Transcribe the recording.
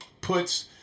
puts